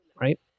Right